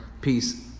Peace